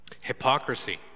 hypocrisy